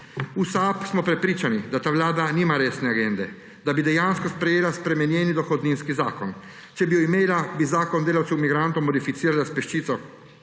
V SAB smo prepričani, da ta vlada nima resne agende, da bi dejansko sprejela spremenjeni dohodninski zakon. Če bi jo imela, bi zakon delavcev migrantov modificirala s peščico